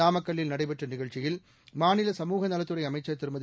நாமக்கல்லில் நடைபெற்ற நிகழ்ச்சியில் மாநில சமூகநலத்துறை அமைச்சர் திருமதி